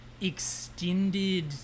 extended